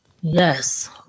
Yes